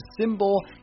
Symbol